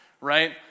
right